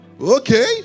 okay